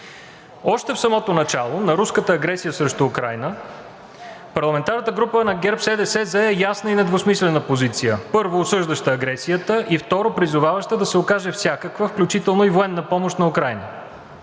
Още в самото начало на руската агресия срещу Украйна парламентарната група на ГЕРБ-СДС зае ясна и недвусмислена позиция: първо, осъждаща агресията и второ, призоваваща да се окаже всякаква, включително и военна помощ на Украйна.